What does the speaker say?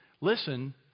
listen